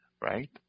right